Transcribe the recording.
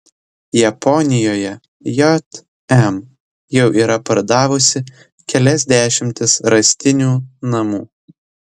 japonijoje jm jau yra pardavusi kelias dešimtis rąstinių namų